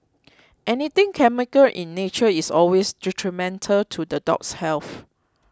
anything chemical in nature is always detrimental to the dog's health